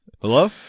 hello